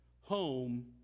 home